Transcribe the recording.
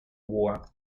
war